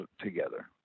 together